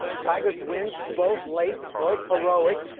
tigers wins, both late, both heroic.